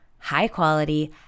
high-quality